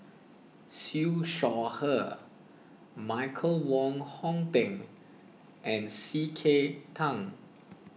Siew Shaw Her Michael Wong Hong Teng and C K Tang